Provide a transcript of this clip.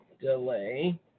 delay